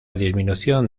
disminución